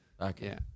Okay